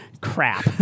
crap